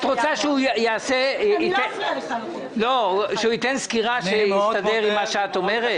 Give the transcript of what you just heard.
את רוצה שהוא ייתן סקירה שתתיישב עם מה שאת אומרת?